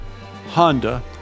Honda